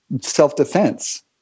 self-defense